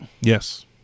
Yes